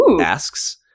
asks